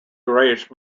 greyish